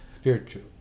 Spiritual